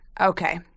Okay